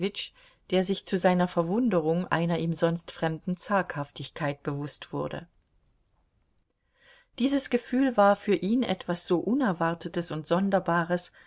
der sich zu seiner verwunderung einer ihm sonst fremden zaghaftigkeit bewußt wurde dieses gefühl war für ihn etwas so unerwartetes und sonderbares